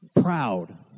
proud